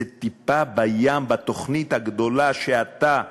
זו טיפה בים בתוכנית הגדולה שאתה הגית,